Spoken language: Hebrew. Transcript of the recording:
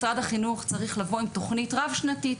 משרד החינוך צריך לבוא עם תוכנית רב שנתית.